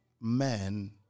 men